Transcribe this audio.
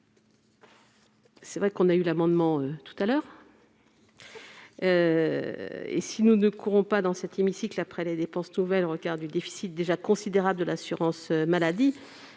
pris connaissance de cet amendement tout à l'heure. Nous ne courons pas, dans cet hémicycle, après les dépenses nouvelles au regard du déficit déjà considérable de l'assurance maladie.